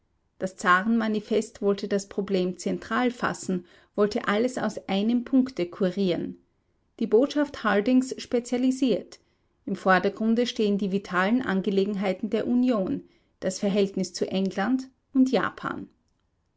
das zarenmanifest wollte das problem zentral fassen wollte alles aus einem punkte kurieren die botschaft hardings spezialisiert im vordergrunde stehen die vitalen angelegenheiten der union das verhältnis zu england und japan